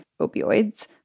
opioids